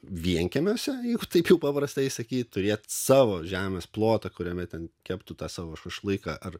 vienkiemiuose jeigu taip jau paprastai sakyt turėti savo žemės plotą kuriame ten keptų tą savo šašlyką ar